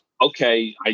Okay